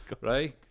Right